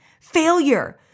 failure